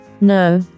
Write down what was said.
No